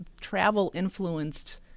travel-influenced